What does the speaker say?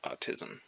autism